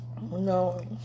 No